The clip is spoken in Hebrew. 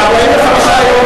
45 יום,